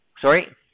Sorry